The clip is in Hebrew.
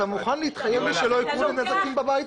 אתה מוכן להתחייב לי שלא יקרו לי נזקים בבית,